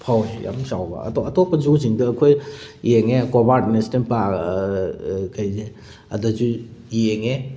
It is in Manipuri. ꯐꯥꯎꯋꯦ ꯌꯥꯝ ꯆꯥꯎꯕ ꯑꯗꯣ ꯑꯇꯣꯞ ꯑꯇꯣꯞꯄ ꯖꯨꯁꯤꯡꯗ ꯑꯩꯈꯣꯏ ꯌꯦꯡꯉꯦ ꯀꯣꯕꯥꯜꯠ ꯅꯦꯁꯅꯦꯜ ꯄꯥꯔꯛ ꯀꯩꯁꯦ ꯑꯗꯁꯨ ꯌꯦꯡꯉꯦ